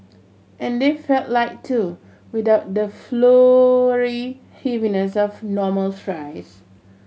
and they felt light too without the floury heaviness of normal fries